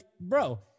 bro